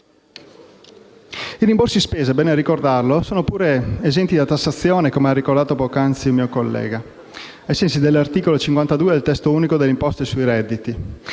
i rimborsi spese sono esenti da tassazione, come ha ricordato poc'anzi il mio collega, ai sensi dell'articolo 52 del testo unico sulle imposte sui redditi.